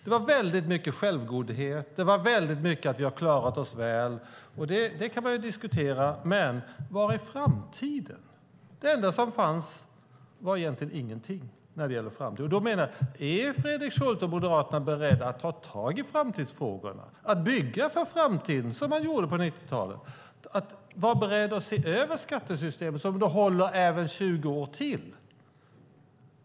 Det var mycket självgodhet, att vi klarat oss väl, och det kan man ju diskutera. Var är framtiden? Det enda som sades om framtiden var egentligen ingenting. Är Fredrik Schulte och Moderaterna beredda att ta tag i framtidsfrågorna, att bygga för framtiden som man gjorde på 90-talet, att se över skattesystemet så att det ska hålla ytterligare 20 år?